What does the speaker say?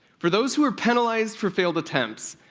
for those who were penalized for failed attempts,